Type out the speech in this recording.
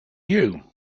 you